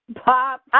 Pop